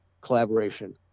collaboration